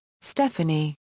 Stephanie